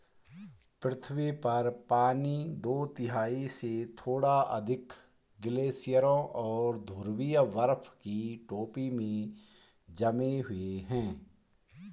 पृथ्वी पर पानी दो तिहाई से थोड़ा अधिक ग्लेशियरों और ध्रुवीय बर्फ की टोपी में जमे हुए है